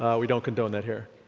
we don't condone that here.